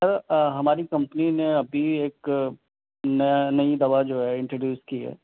سر آ ہماری کمپنی نے ابھی ایک نیا نئی دوا جو ہے اِنٹروڈیوس کی ہے